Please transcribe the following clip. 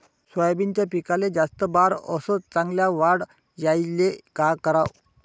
सोयाबीनच्या पिकाले जास्त बार अस चांगल्या वाढ यायले का कराव?